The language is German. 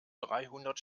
dreihundert